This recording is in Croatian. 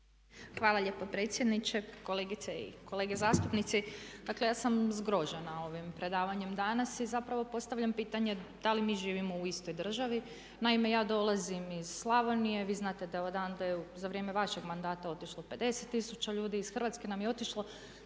Hvala lijepo predsjedniče, kolegice i kolege zastupnici. Dakle ja sam zgrožena ovim predavanjem danas i zapravo postavljam pitanje da li mi živimo u istoj državi. Naime, ja dolazim iz Slavonije, vi znate da je odande za vrijeme vašeg mandata otišlo 50 tisuća ljudi, iz Hrvatske nam je otišlo